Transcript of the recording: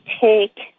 take